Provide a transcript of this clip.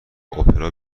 اپرا